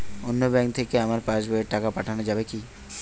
অন্য ব্যাঙ্ক থেকে আমার পাশবইয়ে টাকা পাঠানো যাবে কি?